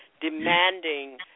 demanding